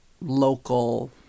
Local